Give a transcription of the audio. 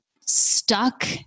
stuck